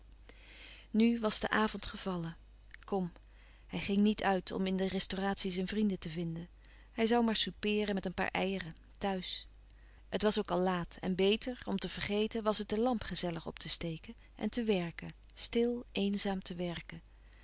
nu was de avond gevallen kom hij ging niet uit om in de restauratie zijn vrienden te vinden hij zoû maar soupeeren met een paar eieren thuis het was ook al laat en beter om te vergeten was het de lamp gezellig op te steken en te werken stil eenzaam te werken